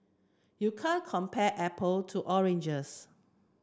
you can't compare apple to oranges